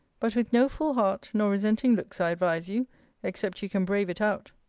but with no full heart, nor resenting looks, i advise you except you can brave it out.